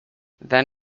then